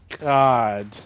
God